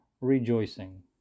rejoicing